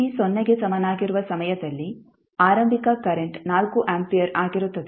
t ಸೊನ್ನೆಗೆ ಸಮನಾಗಿರುವ ಸಮಯದಲ್ಲಿ ಆರಂಭಿಕ ಕರೆಂಟ್ 4 ಆಂಪಿಯರ್ ಆಗಿರುತ್ತದೆ